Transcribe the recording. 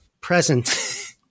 present